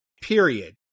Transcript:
Period